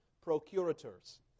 procurators